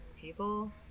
people